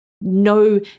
no